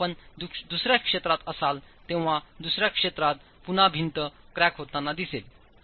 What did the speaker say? जेव्हा आपण दुसऱ्या क्षेत्रात असाल तेव्हा दुसऱ्या क्षेत्रात पुन्हा भिंत क्रॅक होताना दिसेल